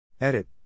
Edit